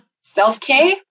Self-care